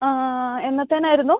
ആ ആ ആ എന്നത്തേനായിരുന്നു